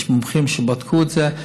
יש מומחים שבדקו את זה.